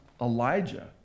Elijah